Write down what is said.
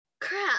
Crap